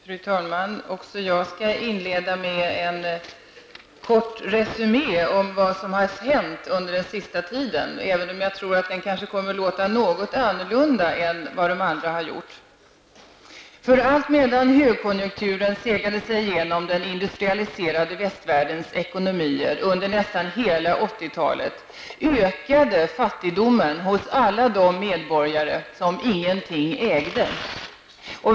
Fru talman! Också jag skall inleda med en kort resumé om vad som har hänt under den senaste tiden. Jag tror dock att den kanske kommer att låta något annorlunda än vad de andra beskrivningarna har gjort. Medan högkonjunkturen segade sig igenom den industrialiserade västvärldens ekonomier under nästan hela 80-talet, ökade fattigdomen hos alla de medborgare som ingenting ägde.